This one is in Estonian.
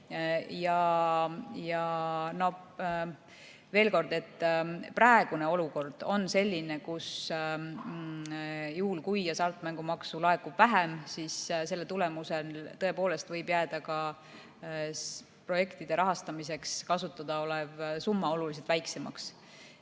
Veel kord, praegune olukord on selline, et juhul kui hasartmängumaksu laekub vähem, siis selle tulemusel tõepoolest võib jääda ka projektide rahastamiseks kasutada olev summa oluliselt väiksemaks.